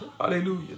Hallelujah